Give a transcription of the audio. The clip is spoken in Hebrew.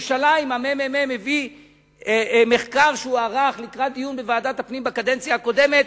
הממ"מ ערך מחקר לקראת דיון בוועדת הפנים בקדנציה הקודמת: